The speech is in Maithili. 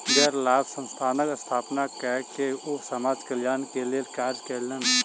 गैर लाभ संस्थानक स्थापना कय के ओ समाज कल्याण के लेल कार्य कयलैन